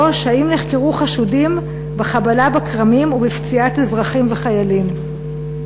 3. האם נחקרו חשודים בחבלה בכרמים ובפציעת אזרחים וחיילים?